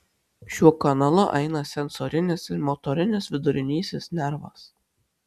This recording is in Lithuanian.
šiuo kanalu eina sensorinis ir motorinis vidurinysis nervas